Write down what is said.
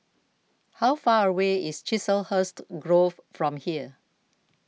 how far away is Chiselhurst Grove from here